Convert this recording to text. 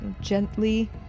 gently